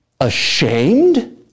ashamed